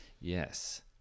yes